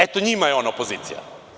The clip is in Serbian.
Eto, njima je on opozicija.